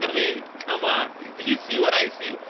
i mean, c'mon. do you see what i see?